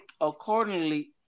accordingly